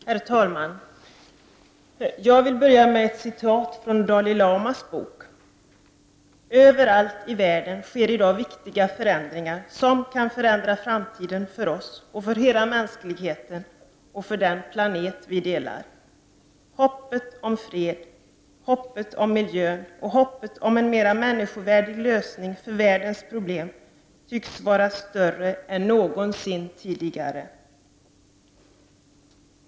Herr talman! Jag vill börja med ett avsnitt från Dalai Lamas bok: Över allt i världen sker i dag viktiga förändringar som kan förändra framtiden för oss och för hela mänskligheten och för den planet vi delar. Hoppet om fred, hoppet om miljön och hoppet om en mera människovänlig lösning för världens problem tycks vara större än någonsin tidigare.